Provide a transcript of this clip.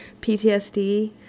ptsd